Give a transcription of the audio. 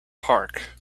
park